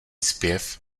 zpěv